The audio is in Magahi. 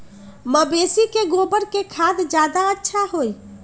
मवेसी के गोबर के खाद ज्यादा अच्छा होई?